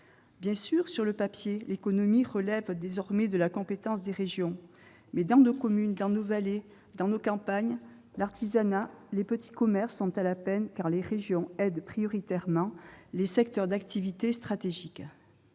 Bien entendu, sur le papier, l'économie relève désormais de la compétence des régions. Mais, dans nos communes, dans nos vallées et dans nos campagnes, l'artisanat et les petits commerces sont à la peine, car les régions aident prioritairement des secteurs d'activité stratégiques.